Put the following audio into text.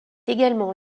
également